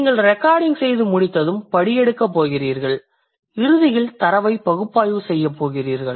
நீங்கள் ரெகார்டிங் செய்து முடித்ததும் படியெடுக்கப் போகிறீர்கள் இறுதியில் தரவை பகுப்பாய்வு செய்யப் போகிறீர்கள்